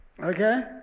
Okay